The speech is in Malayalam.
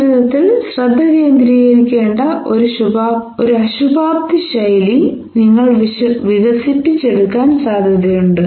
നിങ്ങളുടെ ജീവിതത്തിൽ ശ്രദ്ധ കേന്ദ്രീകരിക്കേണ്ട ഒരു അശുഭാപ്തി ശൈലി നിങ്ങൾ വികസിപ്പിച്ചെടുക്കാൻ സാധ്യതയുണ്ട്